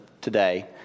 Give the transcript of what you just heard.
today